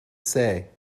say